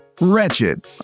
Wretched